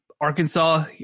Arkansas